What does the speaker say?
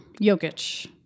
Jokic